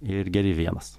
ir geri vienas